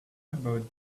about